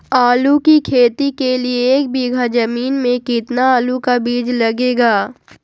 आलू की खेती के लिए एक बीघा जमीन में कितना आलू का बीज लगेगा?